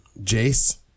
Jace